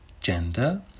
gender